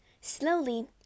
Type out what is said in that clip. Slowly